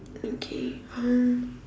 okay um